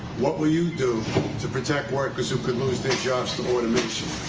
what will you do to protect workers who could lose their jobs to automation?